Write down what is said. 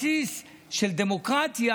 בסיס של דמוקרטיה,